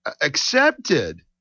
accepted